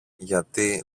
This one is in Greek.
γιατί